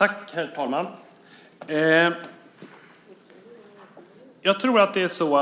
Herr talman! Jag tror att det som